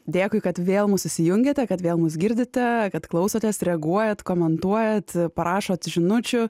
dėkui kad vėl mus įsijungiate kad vėl mus girdite kad klausotės reaguojate komentuojat prašot žinučių